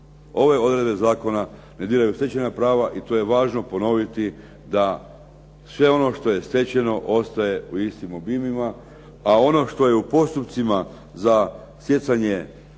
Ove odredbe zakona ne diraju u stečena prava i to je važno ponoviti da sve ono što je stečeno ostaje u istim obimima, a ono što je u postupcima za stjecanje